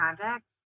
projects